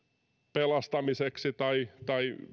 pelastamiseksi tai tai